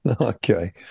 Okay